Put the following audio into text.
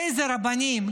אילו רבנים.